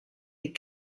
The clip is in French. des